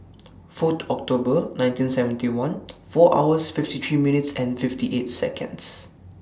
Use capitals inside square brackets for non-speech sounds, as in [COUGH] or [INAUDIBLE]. Fourth October nineteen seventy one [NOISE] four hours fifty three minutes and fifty eight Seconds